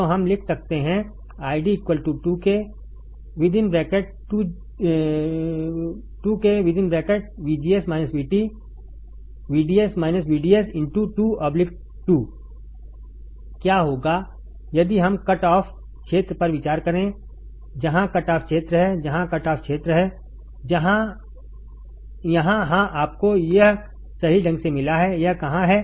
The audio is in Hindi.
तो हम लिख सकते हैं ID 2k VDS VDS22 क्या होगा यदि हम कट ऑफ क्षेत्र पर विचार करें जहां कट ऑफ क्षेत्र है जहां कट ऑफ क्षेत्र है यहां हां आपको यह सही ढंग से मिला है यह कहां है